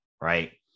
right